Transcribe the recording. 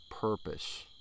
purpose